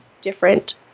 different